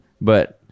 But-